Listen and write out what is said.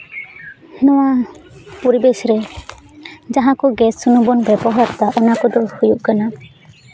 ᱱᱚᱣᱟ ᱯᱚᱨᱤᱵᱮᱥ ᱨᱮ ᱡᱟᱦᱟᱸ ᱠᱚ ᱜᱮᱥ ᱥᱩᱱᱩᱢ ᱵᱚᱱ ᱵᱮᱵᱚᱦᱟᱨᱫᱟ ᱚᱱᱟ ᱠᱚᱫᱚ ᱦᱩᱭᱩᱜ ᱠᱟᱱᱟ